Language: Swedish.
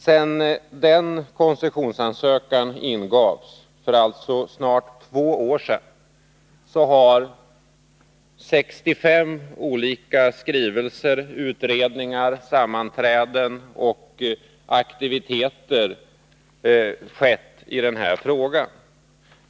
Sedan den koncessionsansökan ingavs — alltså för snart två år sedan — har 65 olika skrivelser, utredningar, sammanträden och andra aktiviteter skett i frågan.